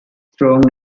strong